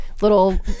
little